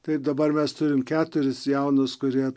tai dabar mes turim keturis jaunus kurie